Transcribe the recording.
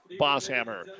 Bosshammer